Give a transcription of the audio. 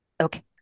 okay